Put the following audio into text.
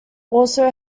also